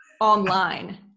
online